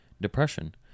depression